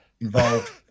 involved